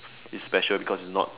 is special because is not